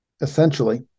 essentially